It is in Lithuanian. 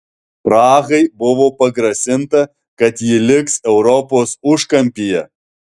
prahai buvo pagrasinta kad ji liks europos užkampyje